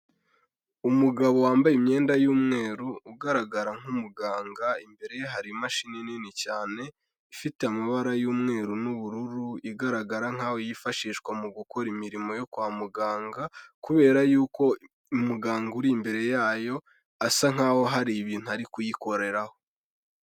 Umugabo wambaye imyenda y'umweru ugaragara nk'umuganga, imbere ye hari imashini nini cyane ifite amabara y'umweru n'ubururu igaragara nkaho yifashishwa mu gukora imirimo yo kwa muganga, kubera yuko umuganga uri imbere yayo asa nk'aho hari ibintu ari kuyikoreraho.